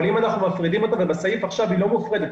בסעיף עכשיו היא לא מופרדת,